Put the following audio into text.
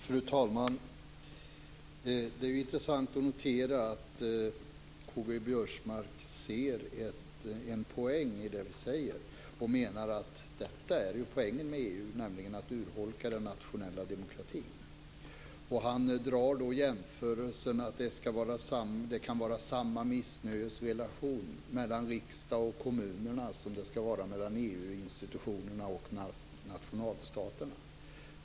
Fru talman! Det är intressant att notera att K.G. Biörsmark ser en poäng i det vi säger och menar att poängen med EU är att urholka den nationella demokratin. Han gör jämförelsen att det kan vara samma missnöjesrelation mellan riksdagen och kommunerna som mellan EU-institutionerna och nationalstaterna.